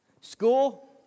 School